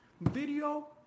Video